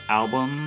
album